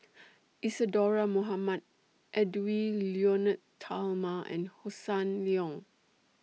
Isadhora Mohamed Edwy Lyonet Talma and Hossan Leong